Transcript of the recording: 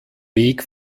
weg